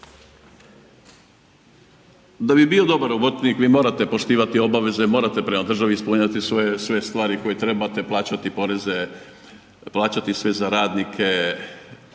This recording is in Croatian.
Da bi bio dobar obrtnik vi morate poštivati obaveze, morate prema državi ispunjavati sve stvari koje trebate, plaćati poreze, plaćati sve za radnike.